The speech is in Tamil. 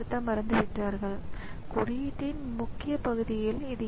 எனவே ஆப்பரேட்டிங் ஸிஸ்டம் பெரும்பாலும் மிகப் பெரியதாக இருப்பதால்